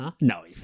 No